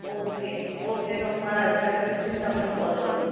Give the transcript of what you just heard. okay okay તો હું મારા હસબન્ડને પૂછીને તમને કોલ કરું